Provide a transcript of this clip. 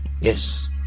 yes